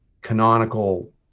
canonical